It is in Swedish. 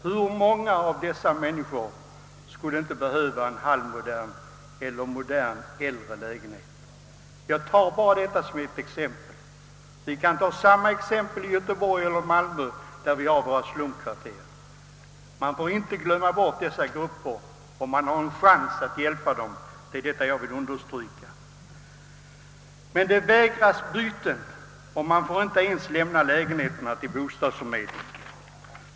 Hur många av de människorna skulle inte behöva en halvmodern eller modern äldre lägenhet! Vi kan ta liknande exempel från Göteborg eller Malmö, där det också finns slumkvarter. Vi får inte glömma dessa grupper, ty vi har en chans att hjälpa dem. Det är det jag här vill understryka. Men hyresgäster vägras byte av lägenheter. Man får inte ens lämna lägenheterna till bostadsförmedlingen.